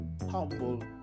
humble